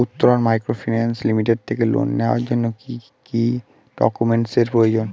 Uttaran microfinance limited থেকে loan নেওয়ার জন্য কি কি ডকুমেন্টস এর প্রয়োজন?